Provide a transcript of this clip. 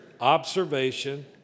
observation